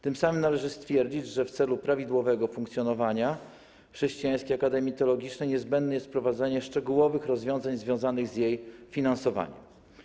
Tym samym należy stwierdzić, że w celu prawidłowego funkcjonowania Chrześcijańskiej Akademii Teologicznej niezbędne jest wprowadzenie szczegółowych rozwiązań związanych z jej finansowaniem.